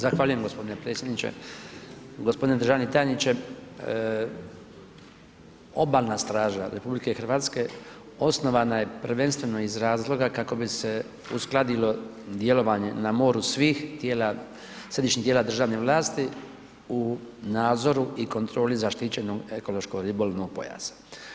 Zahvaljujem g. predsjedniče. g. Državni tajniče, obalna straža RH osnovana je prvenstveno iz razloga kako bi se uskladilo djelovanje na moru svih tijela, središnjih tijela državne vlasti u nadzoru i kontroli zaštićenog ekološko ribolovnog pojasa.